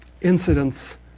incidents